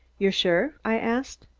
you're sure? i asked.